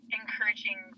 encouraging